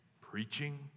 Preaching